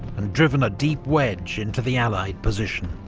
and driven a deep wedge into the allied position.